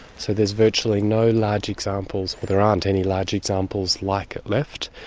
so there's virtually no large examples, or there aren't any large examples like it left,